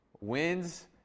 wins